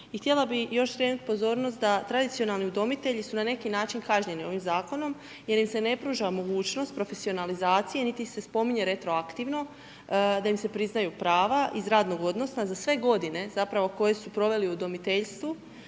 htjela bi još skrenuti pozornost da tradicionalni udomitelji su na neki način kažnjeni ovim zakonom jer im se ne pruža mogućnost profesionalizacije niti se spominje retroaktivno da im se priznaju prava iz radnog odnosa za sve godine koje su proveli u udomiteljstvu